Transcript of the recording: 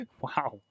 Wow